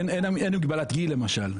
אין מגבלת גיל למשל,